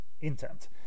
intent